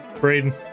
Braden